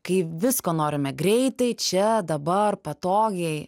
kai visko norime greitai čia dabar patogiai